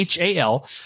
HAL